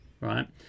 right